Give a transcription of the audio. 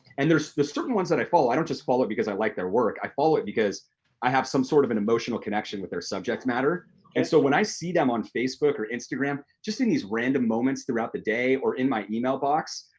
and there's certain ones that i follow. i don't just follow it because i like their work, i follow it because i have some sort of an emotional connection with their subject matter. and so, when i see them on facebook or instagram, just in these random moments throughout the day or in my email box,